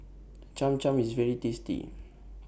Cham Cham IS very tasty